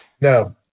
No